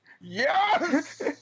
Yes